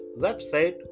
website